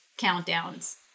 countdowns